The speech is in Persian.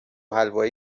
حلوایی